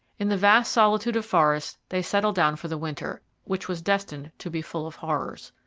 in the vast solitude of forest they settled down for the winter, which was destined to be full of horrors.